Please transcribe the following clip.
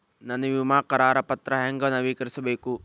ನನ್ನ ವಿಮಾ ಕರಾರ ಪತ್ರಾ ಹೆಂಗ್ ನವೇಕರಿಸಬೇಕು?